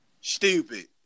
Stupid